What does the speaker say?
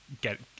get